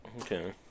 Okay